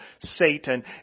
Satan